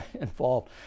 involved